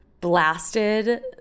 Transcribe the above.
blasted